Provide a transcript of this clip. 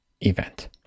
event